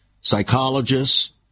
psychologists